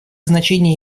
значение